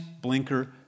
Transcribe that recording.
Blinker